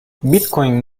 bitcoin